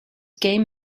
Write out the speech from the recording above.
game